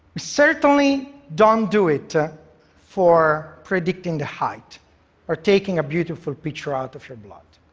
certainly don't do it for predicting height or taking a beautiful picture out of your blood.